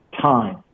Time